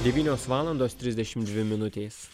devynios valandos trisdešim dvi minutės